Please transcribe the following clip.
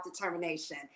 determination